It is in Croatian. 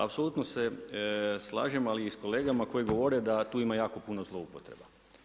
Apsolutno se slažem ali i sa kolegama koji govore da tu ima jako puno zloupotrebe.